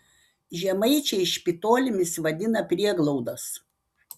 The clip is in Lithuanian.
žemaičiai špitolėmis vadina prieglaudas